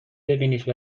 ببینیش